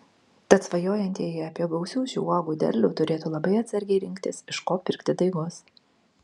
tad svajojantieji apie gausių šių uogų derlių turėtų labai atsargiai rinktis iš ko pirkti daigus